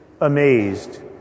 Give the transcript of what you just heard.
amazed